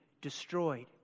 destroyed